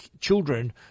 children